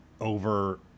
over